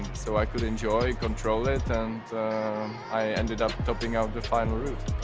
so i could enjoy, control it, and i ended up topping out the final route.